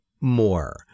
more